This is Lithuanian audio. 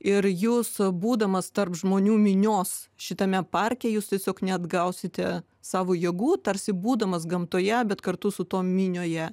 ir jūs būdamas tarp žmonių minios šitame parke jūs tiesiog neatgausite savo jėgų tarsi būdamas gamtoje bet kartu su tuo minioje